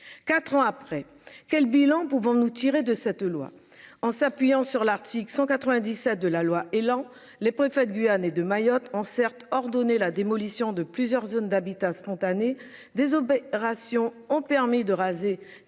loi. 4 ans après, quel bilan pouvons-nous tirer de cette loi en s'appuyant sur l'article 197 de la loi Elan, le préfet de Guyane et de Mayotte en certes ordonné la démolition de plusieurs zones d'habitat spontané des opérations ont permis de raser